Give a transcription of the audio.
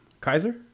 Kaiser